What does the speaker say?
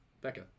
Becca